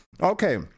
okay